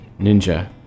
Ninja